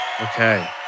Okay